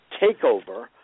takeover